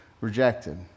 rejected